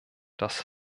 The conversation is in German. das